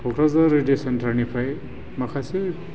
क'क्राजार रेदिय' सेन्टारनिफ्राय माखासे